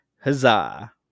Huzzah